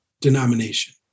denomination